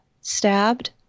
stabbed